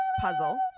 puzzle